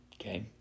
okay